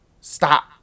Stop